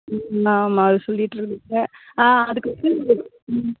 ம் ஆமாம் அது சொல்லிகிட்ருந்தாங்க ஆ அதுக்கு வந்து ம்